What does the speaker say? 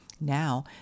Now